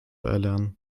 erlernen